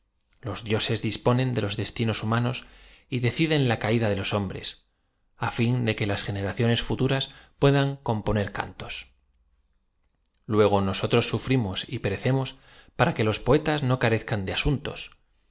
los dioses disponen de los destinos humanos y deciden la caida de los hom bresf á fin de que las generaciones futuras puedan com poner cantosf luego nosotros sufrimos y perecemos para que los poetas no carezcan de asuntos